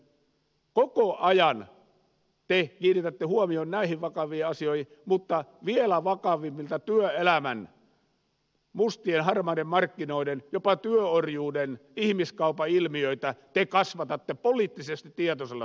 koko ajan te kiinnitätte huomion näihin vakaviin asioihin mutta vielä vakavampia työelämän mustien ja harmaiden markkinoiden jopa työorjuuden ihmiskaupan ilmiöitä te kasvatatte poliittisesti tietoisella tavalla